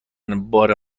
بار